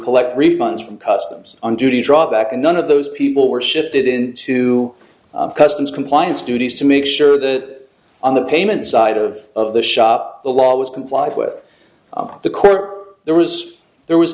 collect refunds from customs on duty drawback none of those people were shifted into customs compliance duties to make sure that on the payment side of the shop the law was complied with the court there was there was